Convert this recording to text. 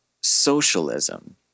socialism